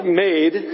made